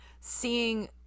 seeing